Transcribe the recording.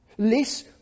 less